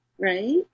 right